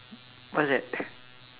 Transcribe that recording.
what's that